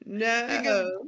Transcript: no